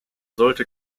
sollte